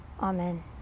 amen